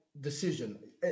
decision